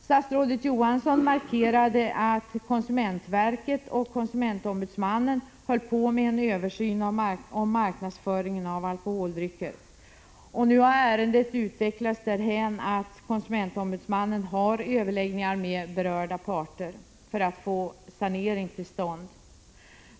Statsrådet Johansson markerade att konsumentverket och konsumentombudsmannen höll på med en översyn av marknadsföringen av alkoholdrycker. Nu har ärendet utvecklats därhän att konsumentombudsmannen har överläggningar med berörda parter för att få en sanering till stånd.